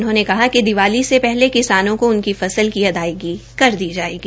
उन्होंने कहा कि दीपाली से पहले किसानों को उनकी फसल की अदायगी कर दी थायेगी